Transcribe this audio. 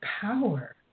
power